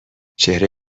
چهره